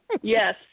Yes